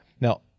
Now